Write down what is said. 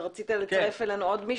אתה רצית לצרף אלינו עוד מישהו?